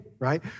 Right